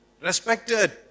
respected